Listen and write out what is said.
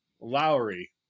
Lowry